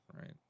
right